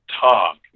talk